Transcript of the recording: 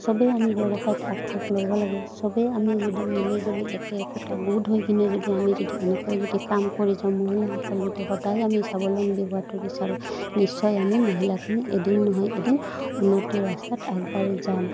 চবেই আমি ব্যৱসায়ত আগভাগ ল'ব লাগে চবেই আমি যদি মিলিজুলি একো একোটা গোট হৈ কিনে যদি আমি যদি এনেকৈ যদি কাম কৰি যাওঁ মহিলাসকল যদি সদায় আমি স্বাৱলম্বী হোৱটো বিচাৰোঁ নিশ্চয় আমি মহিলাখিনি এদিন নহয় এদিন উন্নতিৰ ৰাস্তাত আগবাঢ়ি যাম